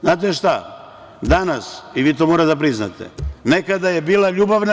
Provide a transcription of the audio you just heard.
Znate šta, danas, i vi to morate da priznate, nekada je bila ljubav…